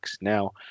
Now